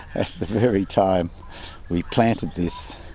at the very time we planted this